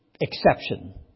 exception